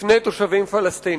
בפני תושבים פלסטינים.